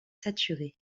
saturé